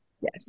Yes